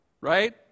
Right